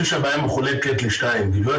כפי שהציגה הגברת